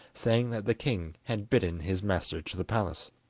saying that the king had bidden his master to the palace.